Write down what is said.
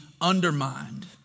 undermined